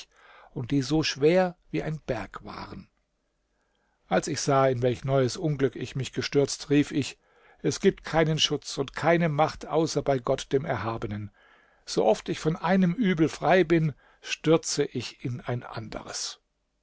und die so schwer wie ein berg waren als ich sah in welch neues unglück ich mich gestürzt rief ich es gibt keinen schutz und keine macht außer bei gott dem erhabenen sooft ich von einem übel frei bin stürze ich in ein anderes